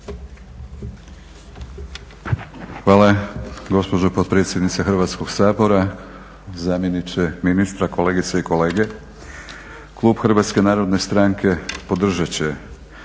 Hvala gospođo potpredsjednice Hrvatskog sabora, zamjeniče ministra, kolegice i kolege. Klub HNS-a podržat će